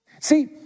See